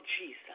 Jesus